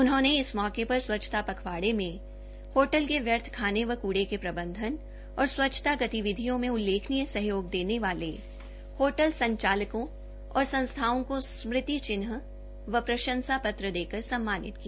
उन्होंने इस मौके पर स्वच्छता पखवाड़े में होटल के व्यर्थ खाने व कुड़े के प्रबंधन तथा स्वच्छता गतिविधियों में उल्लेखनीय सहयोग देने वाले होटल संचालकों और संस्थाओं को स्मृति चिन्ह व प्रशंसा पत्र देकर सम्मानित किया